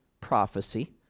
prophecy